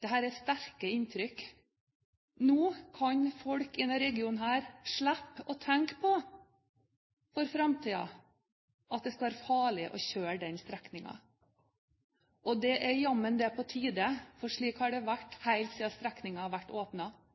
Dette er sterke inntrykk. Nå kan folk i denne regionen i framtiden slippe å tenke på at det skal være farlig å kjøre den strekningen. Det er jammen på tide, for slik har det vært helt siden strekningen ble åpnet. Små tunneler har